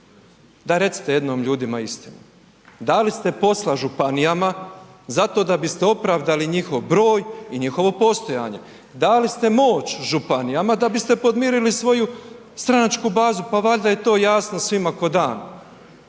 Daj recite jednom ljudima istinu, dali ste posla županijama zato da biste opravdali njihov broj i njihovo postojanje, dali ste moć županijama da biste podmirili svoju stranačku bazu, pa valjda je to jasno svima ko dan.